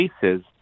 cases